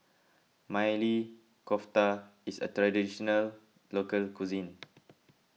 Maili Kofta is a Traditional Local Cuisine